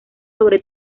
sobre